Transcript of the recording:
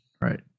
right